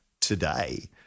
today